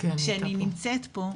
שאני נמצאת פה.